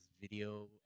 video